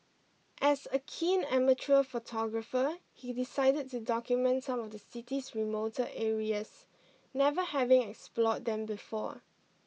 as a keen amateur photographer he decided to document some of the city's remoter areas never having explored them before